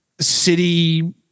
city